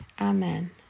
Amen